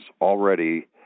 already